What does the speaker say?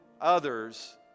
others